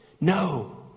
No